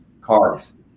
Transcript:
cards